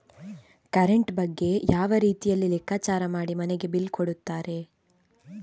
Current ಬಗ್ಗೆ ಯಾವ ರೀತಿಯಲ್ಲಿ ಲೆಕ್ಕಚಾರ ಮಾಡಿ ಮನೆಗೆ ಬಿಲ್ ಕೊಡುತ್ತಾರೆ?